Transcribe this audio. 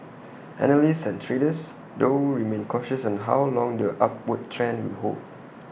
analysts and traders though remain cautious on how long the upward trend will hold